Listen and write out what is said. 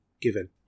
given